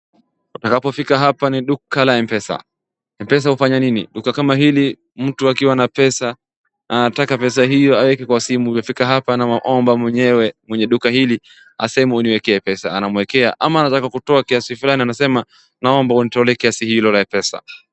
Utakapo fika hapa ni duka la mpesa, mpesa hufanya nini? Duka kama hili mtu akiwa na pesa na anataka pesa hiyo aweke kwa simu. Anafika hapa anawaomba wenyewe mwenye duka hili aseme uniwekee pesa anamwekea, ama anataka kutoa kiasi fulani anasema naomba unitolee kiasi hilo ya pesa.